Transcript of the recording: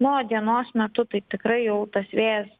na o dienos metu tai tikrai jau tas vėjas